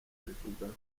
abivugaho